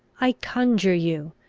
i conjure you,